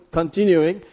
continuing